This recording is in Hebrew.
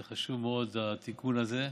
זה מאוד חשוב, התיקון הזה,